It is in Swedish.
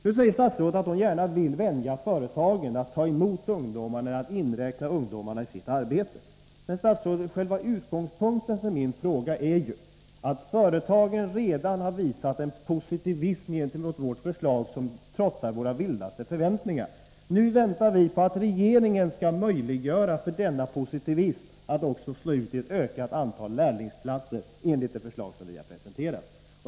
Statsrådet säger att hon gärna vill vänja företagen vid att ta emot Nr 26 ungdomar och vid att räkna in ungdomarna i sitt arbete. Men själva — Torsdagen den utgångspunkten för min fråga är ju att företagen redan har visat sig positiva — 17 november 1983 till våra förslag på ett sätt som trotsar våra vildaste förväntningar. Nu väntar = vi på att regeringen skall göra det möjligt att låta denna positiva inställning — Om ökad lärlingsockså ge utslag i form av ett ökat antal lärlingsplatser, enligt de förslag som vi har presenterat.